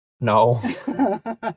No